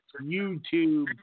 YouTube